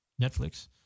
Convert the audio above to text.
Netflix